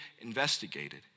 investigated